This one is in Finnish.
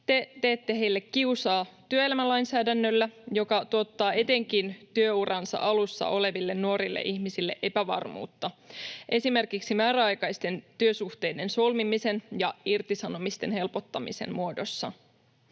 te teette heille kiusaa työelämälainsäädännöllä, joka tuottaa etenkin työuransa alussa oleville nuorille ihmisille epävarmuutta esimerkiksi määräaikaisten työsuhteiden solmimisen ja irtisanomisten helpottamisen muodossa.